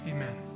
Amen